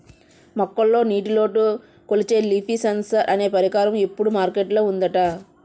మొక్కల్లో నీటిలోటు కొలిచే లీఫ్ సెన్సార్ అనే పరికరం ఇప్పుడు మార్కెట్ లో ఉందట